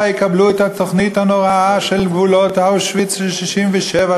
יקבלו את התוכנית הנוראה של גבולות אושוויץ של 67',